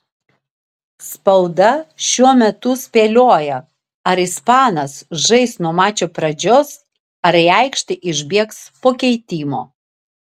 spauda šiuo metu spėlioja ar ispanas žais nuo mačo pradžios ar į aikštę išbėgs po keitimo